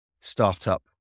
startup